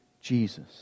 Jesus